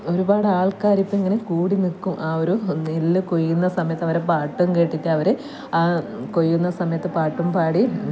ഒരുപാട് ആള്ക്കാർ ഇപ്പം ഇങ്ങനെ കൂടി നിൽക്കും ആ ഒരു നെല്ല് കൊയ്യുന്ന സമയത്ത് അവരെ പാട്ടും കേട്ടിട്ട് അവർ ആ കൊയ്യുന്ന സമയത്ത് പാട്ടും പാടി